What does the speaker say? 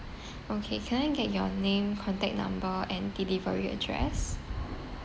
okay can I get your name contact number and delivery address